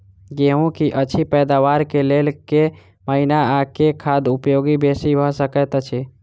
गेंहूँ की अछि पैदावार केँ लेल केँ महीना आ केँ खाद उपयोगी बेसी भऽ सकैत अछि?